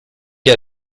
che